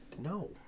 No